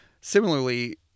similarly